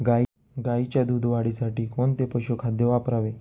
गाईच्या दूध वाढीसाठी कोणते पशुखाद्य वापरावे?